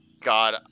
God